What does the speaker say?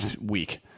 week